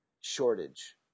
shortage